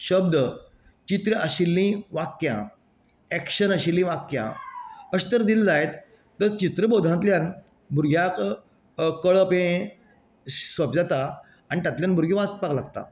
शब्द चित्रां आशिल्ली वाक्यां एक्शन आशिल्ली वाक्यां अशें जर दील जायत तर चित्रबोधांतल्यान भुरग्यांक कळप हे सोपे जात आनी तातूंतल्यान भुरगीं वाचपाक लागता